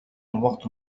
الوقت